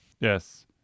Yes